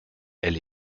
elle